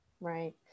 Right